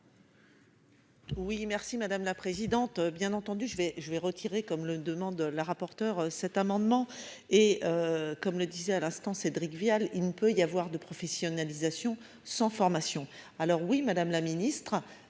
Oui merci madame la présidente, bien entendu je vais je vais retirer comme le demande la rapporteure cet amendement et. Comme le disait à l'instant Cédric Vial, il ne peut y avoir de professionnalisation sans formation. Alors oui, madame la Ministre.